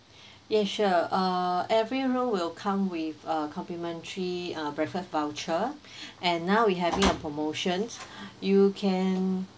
yes sure uh every room will come with a complimentary uh breakfast voucher and now we having a promotions you can